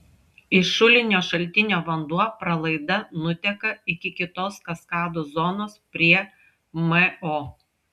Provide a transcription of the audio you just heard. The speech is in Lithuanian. iš šulinio šaltinio vanduo pralaida nuteka iki kitos kaskadų zonos prie mo